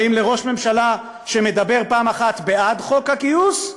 האם לראש ממשלה שמדבר פעם אחת בעד חוק הגיוס,